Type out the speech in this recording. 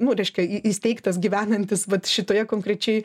nu reiškia į įsteigtas gyvenantis vat šitoje konkrečiai